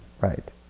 right